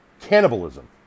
cannibalism